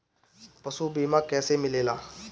पशु बीमा कैसे मिलेला?